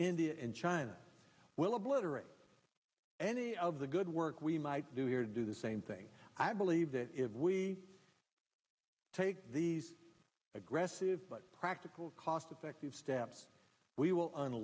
india and china will obliterate any of the good work we might do here do the same thing i believe that if we take these aggressive but practical cost effective steps we will